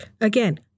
again